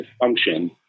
function